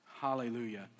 hallelujah